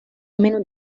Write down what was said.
meno